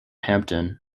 hampton